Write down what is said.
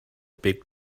big